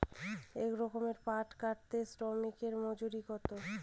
এক একর পাট কাটতে শ্রমিকের মজুরি কত?